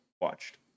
watched